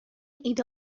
ایده